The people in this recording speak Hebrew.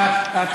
תודה רבה.